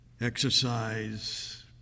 Exercise